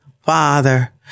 father